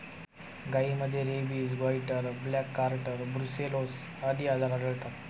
गायींमध्ये rabies, goitre, black quarter, brucellosis आदी आजार आढळतात